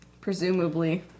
presumably